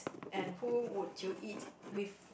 and who would you eat with